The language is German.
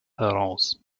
heraus